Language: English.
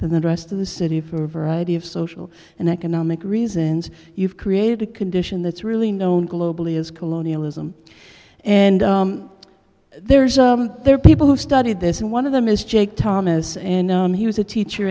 than the rest of the city for a variety of social and economic reasons you've created a condition that's really known globally as colonialism and there's a there are people who've studied this and one of them is jake thomas and he was a teacher